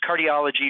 cardiology